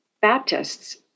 Baptists